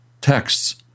texts